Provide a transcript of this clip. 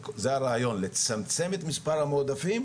וזה הרעיון לצמצם את מספר המועדפים,